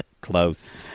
Close